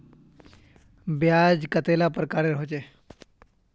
ब्याज कतेला प्रकारेर होचे?